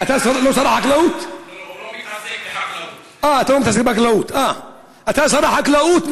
הרשויות במגזר הבדואי בנגב והשמידו יבולים חקלאיים,